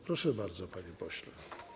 Proszę bardzo, panie pośle.